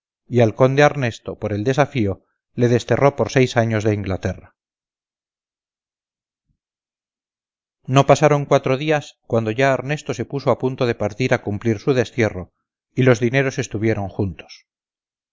y al conde arnesto por el desafío le desterró por seis años de inglaterra no pasaron cuatro días cuando ya arnesto se puso a punto de salir a cumplir su destierro y los dineros estuvieron juntos